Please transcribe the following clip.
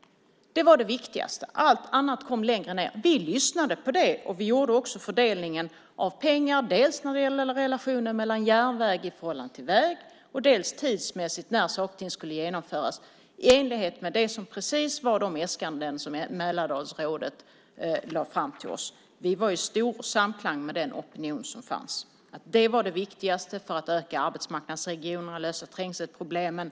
Den var det viktigaste. Allt annat kom längre ned. Vi lyssnade på det och gjorde också fördelningen av pengar utifrån det. Det gällde dels relationen och förhållandet mellan järnväg och väg, dels tidsmässigt när saker och ting skulle genomföras. Det gjordes precis i enlighet med de äskanden som Mälardalsrådet lade fram till oss. Vi var i samklang med den opinion som fanns. Det var det viktigaste för att lösa problemen på arbetsmarknaden och trängselproblemen.